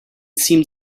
seemed